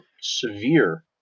severe